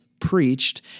preached